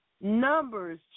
Numbers